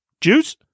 juice